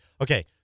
okay